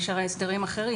יש, הרי, הסדרים אחרים.